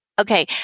okay